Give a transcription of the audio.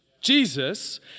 Jesus